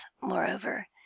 moreover